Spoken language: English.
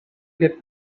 get